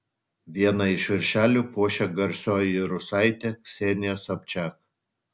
vieną iš viršelių puošia garsioji rusaitė ksenija sobčak